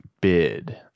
Bid